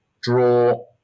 draw